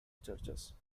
churches